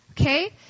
okay